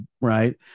right